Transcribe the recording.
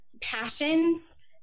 passions